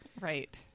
right